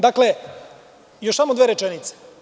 Dakle, još samo dve rečenice.